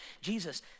Jesus